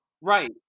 Right